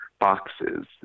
boxes